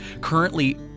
currently